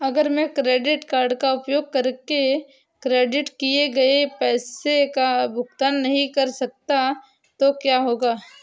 अगर मैं credit card का उपयोग करके क्रेडिट किए गए पैसे का भुगतान नहीं कर सकता तो क्या होगा?